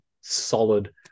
solid